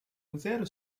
lutero